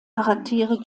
charaktere